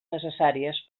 necessàries